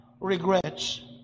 regrets